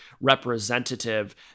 representative